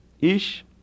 ish